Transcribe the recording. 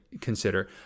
consider